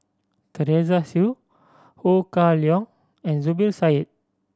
Teresa Hsu Ho Kah Leong and Zubir Said